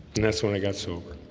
and that's when i got sober